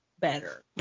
better